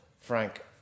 Frank